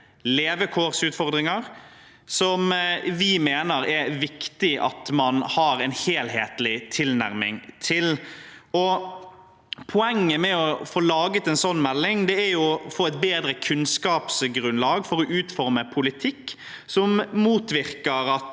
levekårsutfordringer, som vi mener det er viktig at man har en helhetlig tilnærming til. Poenget med å få laget en sånn melding er å få et bedre kunnskapsgrunnlag for å utforme politikk som motvirker at